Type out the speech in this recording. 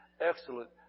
Excellent